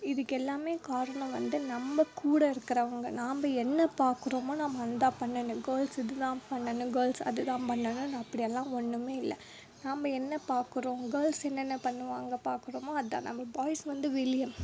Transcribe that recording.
இதுக்கு எல்லாமே காரணம் வந்து நம்ம கூட இருக்கிறவங்க நாம் என்ன பார்க்குறோமோ நாம் அதுதான் பண்ணணும் கேர்ள்ஸ் இதுதான் பண்ணணும் கேர்ள்ஸ் அதுதான் பண்ணணும்ன்னு அப்படியெல்லாம் ஒன்றுமே இல்லை நாம் என்ன பார்க்குறோம் கேர்ள்ஸ் என்னென்ன பண்ணுவாங்க பார்க்குறோமோ அதுதான் நம்ம பாய்ஸ் வந்து வெளியே